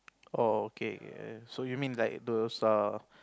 oh okay so you mean like those uh